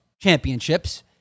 championships